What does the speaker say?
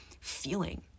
feeling